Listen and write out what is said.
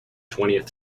twentieth